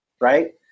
right